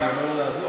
לא, אני אומר לעזור.